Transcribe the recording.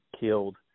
killed